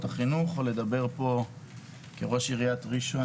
החינוך או כראש עיריית ראשון לציון,